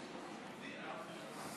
גפני,